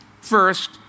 First